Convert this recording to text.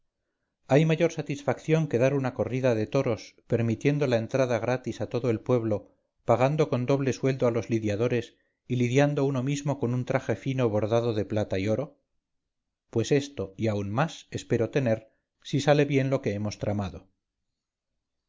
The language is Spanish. hay mayor satisfacción que dar una corrida de toros permitiendo la entrada gratis a todo el pueblo pagando con doble sueldo a los lidiadores y lidiando uno mismo con un traje fino bordado de plata y oro pues esto y aún más espero tener si sale bien lo que hemos tramado